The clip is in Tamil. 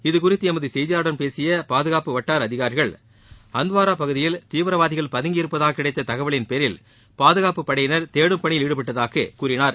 இதுகுறித்து எமது செய்தியாளர்களிடம் பேசிய பாதுகாப்பு வட்டார அதிகாரிகள் அந்த்வாரா பகுதியில் தீவிரவாதிகள் பதுங்கியிருப்பதாக கிடைத்த தகவலின்பேரில் பாதுகாப்புப்படையினர் தேடும் பணியில் ஈடுபட்டதாக கூறினார்